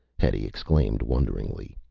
hetty exclaimed wonderingly.